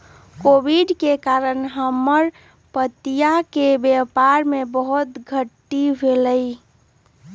Covid के कारण हमर पितिया के व्यापार में बहुते घाट्टी भेलइ